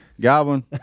goblin